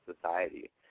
society